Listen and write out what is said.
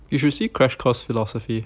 you should see crash course philosophy